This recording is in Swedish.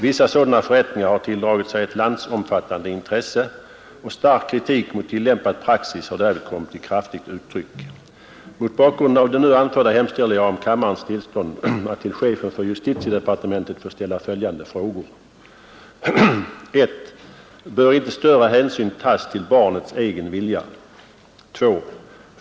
Vissa sådana förrättningar har tilldragit sig ett landsomfattande intresse, och stark kritik mot tillämpad praxis har därvid kommit till kraftigt uttryck. Mot bakgrunden av det nu anförda hemställer jag om kammarens tillstånd att till chefen för justitiedepartementet få ställa följande frågor: 1. Bör inte större hänsyn tas till barnets egen vilja? 2.